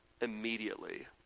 immediately